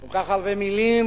כל כך הרבה מלים,